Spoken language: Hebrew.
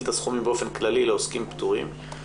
את הסכומים באופן כללי לעוסקים פטורים,